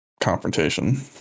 confrontation